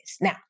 Now